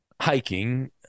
hiking